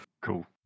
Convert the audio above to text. Cool